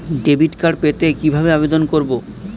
Debit card পেতে কিভাবে আবেদন করব?